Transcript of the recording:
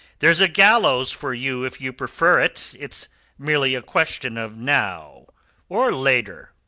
there's a gallows for you if you prefer it. it's merely a question of now or later.